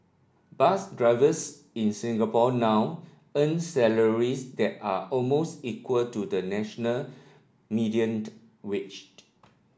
bus drivers in Singapore now earn salaries that are almost equal to the national mediator waged